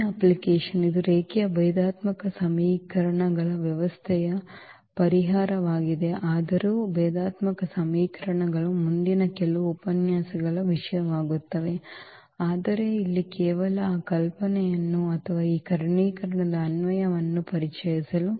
ಮುಂದಿನ ಅಪ್ಲಿಕೇಶನ್ ಇದು ರೇಖೀಯ ಭೇದಾತ್ಮಕ ಸಮೀಕರಣಗಳ ವ್ಯವಸ್ಥೆಯ ಪರಿಹಾರವಾಗಿದೆ ಆದರೂ ಭೇದಾತ್ಮಕ ಸಮೀಕರಣಗಳು ಮುಂದಿನ ಕೆಲವು ಉಪನ್ಯಾಸಗಳ ವಿಷಯವಾಗುತ್ತವೆ ಆದರೆ ಇಲ್ಲಿ ಕೇವಲ ಈ ಕಲ್ಪನೆಯನ್ನು ಅಥವಾ ಈ ಕರ್ಣೀಕರಣದ ಅನ್ವಯವನ್ನು ಪರಿಚಯಿಸಲು